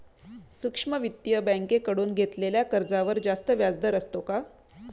सूक्ष्म वित्तीय बँकेकडून घेतलेल्या कर्जावर जास्त व्याजदर असतो का?